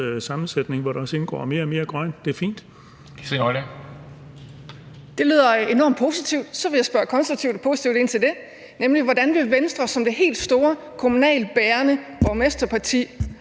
Kathrine Olldag. Kl. 10:41 Kathrine Olldag (RV): Det lyder enormt positivt. Så vil jeg spørge konstruktivt og positivt ind til det, nemlig: Hvordan vil Venstre som det helt store kommunalt bærende borgmesterparti